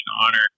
honor